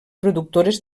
productores